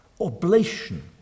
Oblation